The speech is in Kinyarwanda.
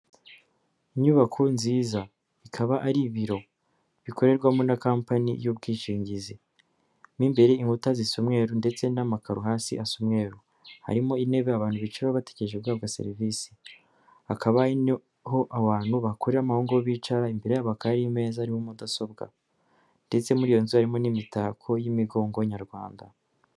Inyubako nziza ikaba ari ibiro, bikorerwamo na kampani y'ubwishingizi, mu imbere inkuta zisa umweru ndetse n'amakaro hasi asa umweru harimo intebe abantu bicaho bategereje guhabwa serivisi, hakabaho abantu bakoreramo ngo bicara imbere hakaba hari meza aririmo mudasobwa ndetse muri iyo nzu, harimo n'imitako y'imigongo nyarwanda.